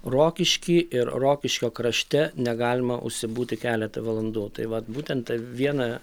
rokišky ir rokiškio krašte negalima užsibūti keletą valandų tai vat būtent ta viena